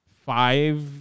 five